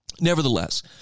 Nevertheless